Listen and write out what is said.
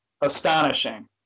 astonishing